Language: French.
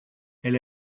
elle